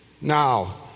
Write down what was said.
Now